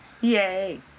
Yay